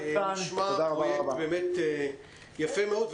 נשמע פרויקט באמת יפה מאוד.